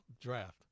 draft